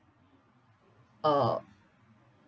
uh